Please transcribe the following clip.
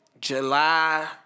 July